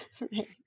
Right